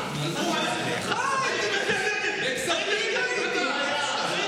חבריי חברי